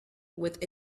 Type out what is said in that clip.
with